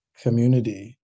community